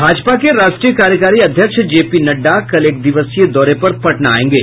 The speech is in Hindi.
भाजपा के राष्ट्रीय कार्यकारी अध्यक्ष जेपी नड़डा कल एक दिवसीय दौरे पर पटना आयेंगे